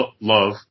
Love